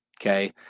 Okay